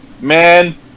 man